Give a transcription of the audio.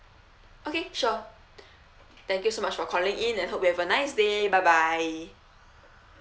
okay sure thank you so much for calling in and hope you have a nice day bye bye